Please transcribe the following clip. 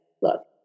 look